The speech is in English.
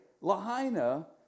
Lahaina